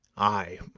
ay,